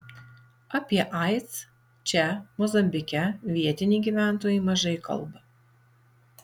apie aids čia mozambike vietiniai gyventojai mažai kalba